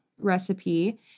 recipe